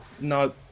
No